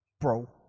Bro